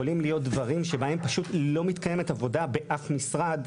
יכולים להיות דברים שבהם לא מתקיימת עבודה באף משרד,